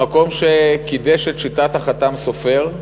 במקום שקידש את שיטת החת"ם סופר,